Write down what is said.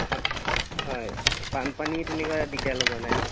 হয় হয় বানপানী তেনেকুৱা দিগদাৰ লগোৱা নাই নহ্